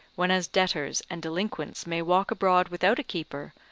whenas debtors and delinquents may walk abroad without a keeper,